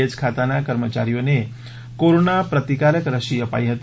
એય ખાતાના કર્મચારીઓને કોરોના પ્રતિકારક રસી અપાઈ હતી